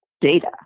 data